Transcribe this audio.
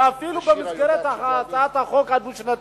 שאפילו במסגרת הצעת חוק התקציב הדו-שנתי,